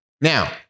now